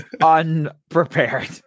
unprepared